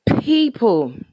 people